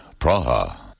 Praha